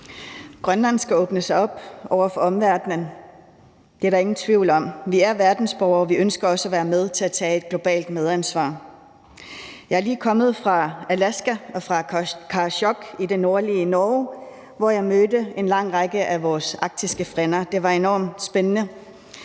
Grønland skal åbnes op over for omverdenen, det er der ingen tvivl om. Vi er verdensborgere, og vi ønsker også at være med til at tage et globalt ansvar. Jeg er lige kommet fra Alaska og fra Karasjok i det nordlige Norge, hvor jeg mødte en lang række af vores arktiske frænder. Det var enormt spændende,